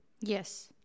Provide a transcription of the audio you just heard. yes